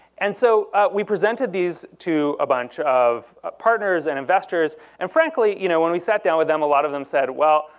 and so we presented these to a bunch of partners and investors, and frankly, you know when we sat down with them, a lot of them said well,